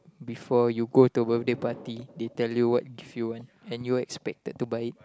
before you go to a birthday party they tell you what gift you want and you're expected to buy